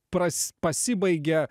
pras pasibaigia